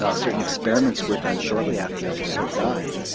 ah certain experiments were done shortly after rousseau died,